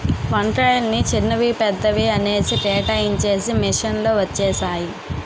వంకాయలని చిన్నవి పెద్దవి అనేసి కేటాయించేసి మిషన్ లు వచ్చేసాయి